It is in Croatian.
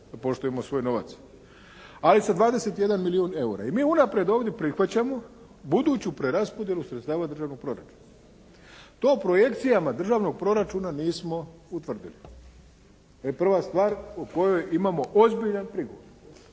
poštujmo svoj novac, ajde sa 21 milijun eura i mi unaprijed ovdje prihvaćamo buduću preraspodjelu sredstava državnog proračuna. To projekcijama državnog proračuna nismo utvrdili, to je prva stvar po kojoj imamo ozbiljan prigovor.